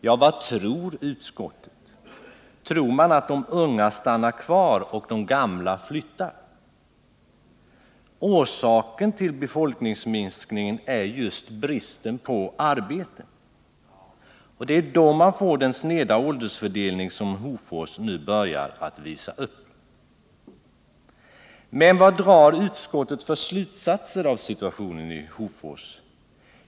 Ja, vad tror utskottet? Tror man att de unga stannar kvar och de gamla flyttar? Orsaken till befolkningsminskningen är ju bristen på arbeten. Det är genom dess inverkan man får den sneda åldersfördelning som Hofors nu börjar visa upp. Men vad drar utskottet för slutsatser av situationen i Hofors?